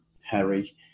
Harry